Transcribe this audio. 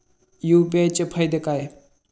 UPI चे फायदे काय?